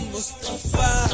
Mustafa